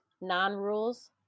non-rules